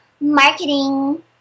marketing